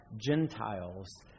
Gentiles